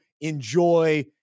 enjoy